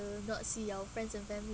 not see your friends and family